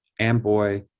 Amboy